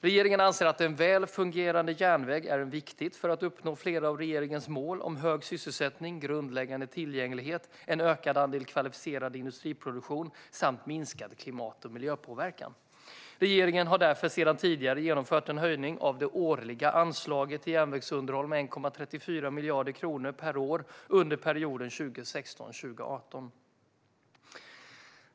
Regeringen anser att en väl fungerande järnväg är viktig för att uppnå flera av regeringens mål om hög sysselsättning, grundläggande tillgänglighet, en ökad andel kvalificerad industriproduktion samt minskad klimat och miljöpåverkan. Regeringen har därför sedan tidigare genomfört en höjning av det årliga anslaget till järnvägsunderhåll med 1,34 miljarder kronor per år under perioden 2016-2018.